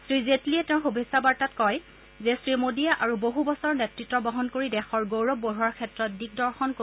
শ্ৰী জেটলীয়ে তেওঁৰ শুভেচ্ছা বাৰ্তাত কয় যে শ্ৰীমোদীয়ে আৰু বহু বছৰৰ নেতৃত্ব বহন কৰি দেশৰ গৌৰৱ বঢ়োৱাৰ ক্ষেত্ৰত দিকদৰ্শন কৰিব